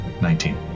Nineteen